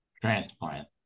transplant